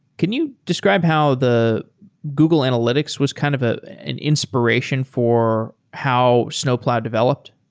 can you describe how the google analytics was kind of ah an inspiration for how snowplow developed?